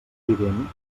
evident